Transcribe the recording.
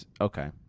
Okay